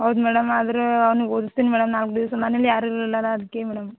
ಹೌದು ಮೇಡಮ್ ಆದರೆ ಅವ್ನಿಗೆ ಓದಸ್ತಿನಿ ಮೇಡಮ್ ನಾಲ್ಕು ದಿವಸ ಮನೆಯಲ್ಲಿ ಯಾರು ಇರೋಲ್ಲ ಅಲ್ಲ ಅದಕ್ಕೆ ಮೇಡಮ್